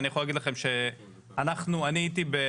אני יכול להגיד לכם שכשאני הייתי בוועדה